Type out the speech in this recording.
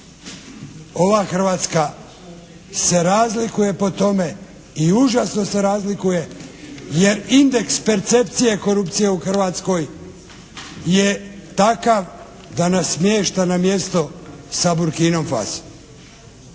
Ova Hrvatska se razlikuje po tome i užasno se razlikuje jer indeks percepcije korupcije u Hrvatskoj je takav da nas smješta na mjesto sa Burkinom Fasi